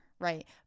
right